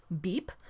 beep